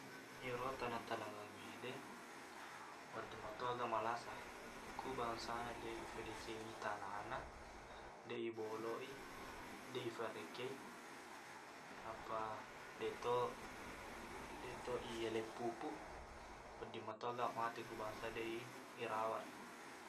Iyeri tanaq-tanangengngede wedding meto aga malasa ku bangsana deq ifadecengi tanana deq iboloq i deq efereke nappa deqto- deqto iyaleng pupuk wedding mato aga mate ku bangsa deq i irawat